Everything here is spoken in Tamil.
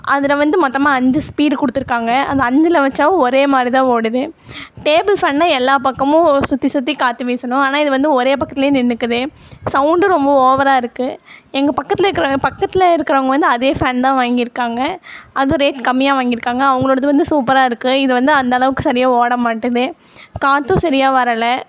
அதில் வந்து மொத்தமா அஞ்சு ஸ்பீடு கொடுத்துருக்காங்க அந்த அஞ்சில் வச்சால் ஒரே மாதிரி தான் ஓடுது டேபிள் ஃபேன்னா எல்லா பக்கமும் சுற்றி சுற்றி காற்று வீசணும் ஆனால் இது வந்து ஒரே பக்கத்தில் நின்றுக்குது சவுண்டும் ரொம்ப ஓவராக இருக்குது எங்கள் பக்கத்தில் இருக்குற பக்கத்தில் இருக்குறவங்க வந்து அதே ஃபேன் தான் வாங்கி இருக்காங்க அதுவும் ரேட் கம்மியாக வாங்கிருக்காங்க அவங்களோடுது வந்து சூப்பராக இருக்குது இது வந்து அந்த அளவுக்கு சரியாக ஓட மாட்டுது காற்றும் சரியாக வரல